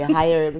hire